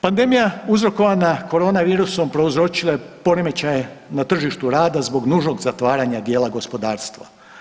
Pandemija uzrokovana korona virusom prouzročila je poremećaje na tržištu rada zbog nužnog zatvaranja dijela gospodarstva.